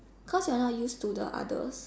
cause you're not used to the others